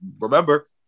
remember